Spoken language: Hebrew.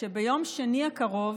שביום שני הקרוב